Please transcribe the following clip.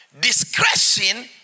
discretion